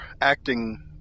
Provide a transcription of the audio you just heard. acting